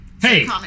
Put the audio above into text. hey